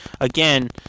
again